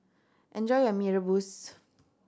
enjoy your Mee Rebus